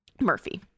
murphy